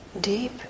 deep